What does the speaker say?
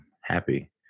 happy